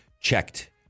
checked